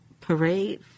parade